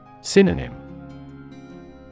Synonym